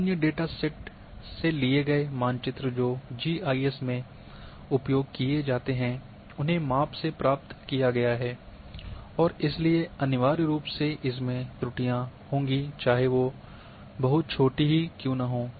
अन्य डेटासेट से लिए गए मानचित्र जो जीआईएस में उपयोग किए जाते हैं उन्हें माप से प्राप्त किया गया है और इसलिए अनिवार्य रूप से इसमें त्रुटियां होंगी चाहे वो बहुत छोटी हाई क्यूँ ना हों